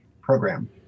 Program